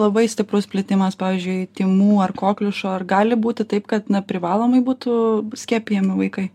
labai stiprus plitimas pavyzdžiui tymų ar kokliušo ar gali būti taip kad ne privalomai būtų skiepijami vaikai